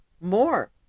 more